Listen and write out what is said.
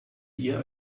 ihr